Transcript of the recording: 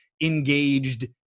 engaged